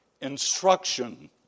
instruction